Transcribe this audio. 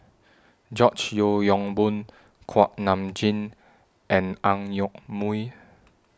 George Yeo Yong Boon Kuak Nam Jin and Ang Yoke Mooi